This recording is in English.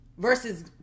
Versus